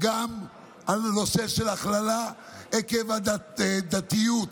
גם על הנושא של הכללה עקב דתיות,